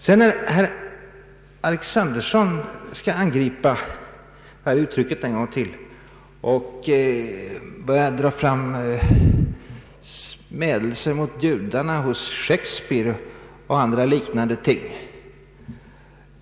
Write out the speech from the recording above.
Herr Alexanderson angriper regeringens förslag med exempel som han här tar från Shakespeare.